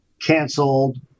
canceled